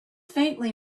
faintly